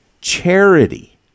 charity